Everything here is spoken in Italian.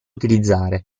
utilizzare